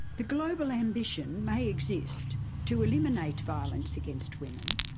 the global ambition may exist to eliminate violence against women,